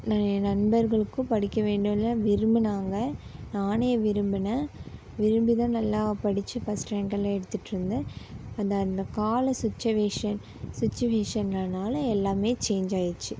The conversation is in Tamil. நிறைய நண்பர்களுக்கும் படிக்க வேண்டெணுல்லாம் விரும்பினாங்க நானே விரும்பினேன் விரும்பிதான் நல்லா படிச்சு ஃபஸ்ட்டு ரேங்க்கெல்லாம் எடுத்துகிட்ருந்தேன் அந்த அந்த கால சுச்சுவேஷன் சுச்சுவேஷன்கிறனால எல்லாமே சேன்ஞ் ஆகிருச்சி